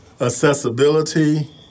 accessibility